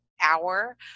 hour